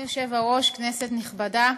אדוני היושב-ראש, כנסת נכבדה,